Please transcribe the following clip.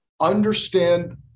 understand